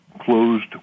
closed